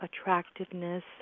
attractiveness